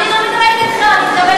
את לא רוצה את המדינה שלנו.